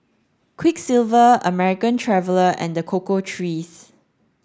Quiksilver American Traveller and the Cocoa Trees